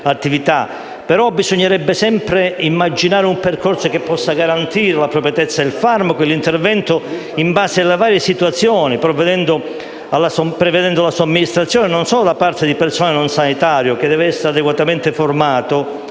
bisognerebbe sempre immaginare un percorso capace di garantire l'appropriatezza del farmaco e dell'intervento in base alle varie situazioni, prevedendo la somministrazione di farmaci, non solo da parte di personale non sanitario, che deve essere adeguatamente formato,